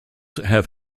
have